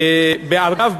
אגב,